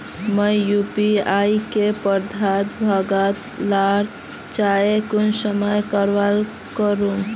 मुई यु.पी.आई से प्राप्त भुगतान लार जाँच कुंसम करे करूम?